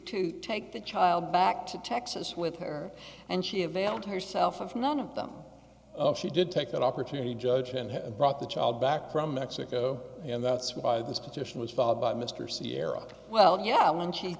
to take the child back to texas with her and she availed herself of none of them she did take that opportunity judge and brought the child back from mexico and that's why this petition was filed by mr sierra well yeah and she